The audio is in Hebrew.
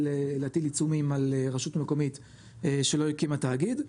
עיצומים על רשות מקומית שלא הקימה תאגיד.